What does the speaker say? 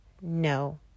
No